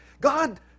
God